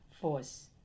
force